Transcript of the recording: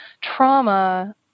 trauma